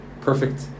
perfect